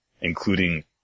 including